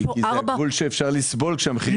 כי זה הגבול שאפשר לסבול כשהמחירים עולים.